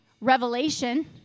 revelation